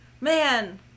Man